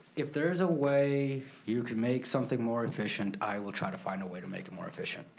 if there's a way you can make something more efficient, i will try to find a way to make it more efficient.